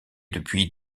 depuis